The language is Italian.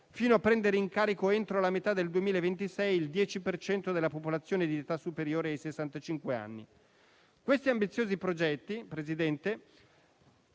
fino a prendere in carico, entro la metà del 2026, il 10 per cento della popolazione di età superiore ai sessantacinque anni. Questi ambiziosi progetti, Presidente,